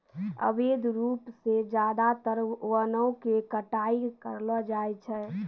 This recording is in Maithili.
अवैध रूप सॅ ज्यादातर वनों के कटाई करलो जाय छै